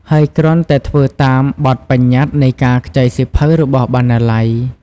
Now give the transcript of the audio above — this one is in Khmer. ហើយគ្រាន់តែធ្វើតាមបទប្បញ្ញត្តិនៃការខ្ចីសៀវភៅរបស់បណ្ណាល័យ។